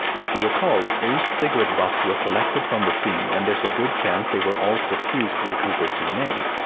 if you recall, eight cigarette butts were collected from the scene, and there's a good chance they were all suffused with cooper's dna.